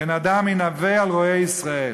"בן אדם הנבא על רועי ישראל,